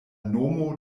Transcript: nomo